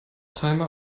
timer